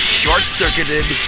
short-circuited